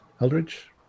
Eldridge